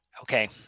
Okay